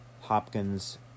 Hopkins